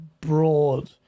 broad